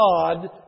God